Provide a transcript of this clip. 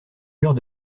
eurent